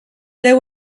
there